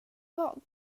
vad